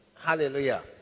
hallelujah